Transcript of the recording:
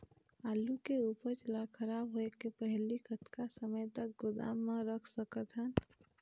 आलू के उपज ला खराब होय के पहली कतका समय तक गोदाम म रख सकत हन?